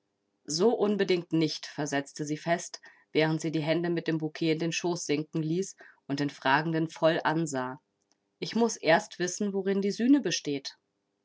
so unbedingt nicht versetzte sie fest während sie die hände mit dem bouquet in den schoß sinken ließ und den fragenden voll ansah ich muß erst wissen worin die sühne besteht